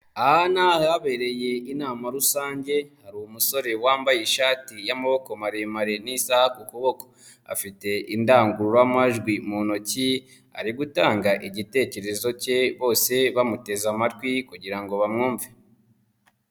Aha ni ahabereye inama rusange hari umusore wambaye ishati y'amaboko maremare n'isaha ku kuboko, afite indangururamajwi mu ntoki ari gutanga igitekerezo ke bose bamuteze amatwi kugira ngo bamwumve.